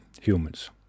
humans